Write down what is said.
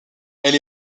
elle